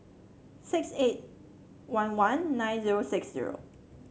six eight one one nine zero six zero